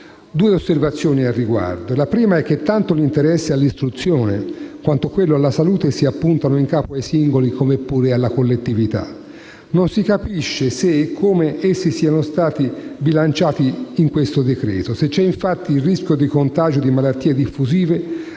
Due osservazioni al riguardo; la prima è che tanto l'interesse all'istruzione, quanto quello alla salute, si appuntano in capo ai singoli come pure alla collettività. Non si capisce se e come essi siano stati bilanciati in questo decreto-legge. Se c'è infatti il rischio di contagio di malattie diffusive,